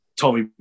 Tommy